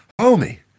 Homie